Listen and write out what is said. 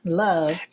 love